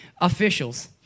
officials